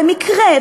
במקרה,